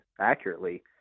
accurately